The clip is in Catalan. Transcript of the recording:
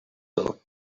que